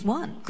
one